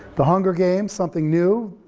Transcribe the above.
the hunger games, something new,